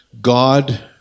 God